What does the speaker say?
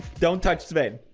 don't touch the vein.